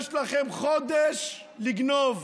יש לכם חודש לגנוב,